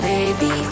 Baby